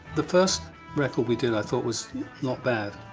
the first record we did, i thought was not bad.